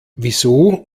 wieso